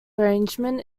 arrangement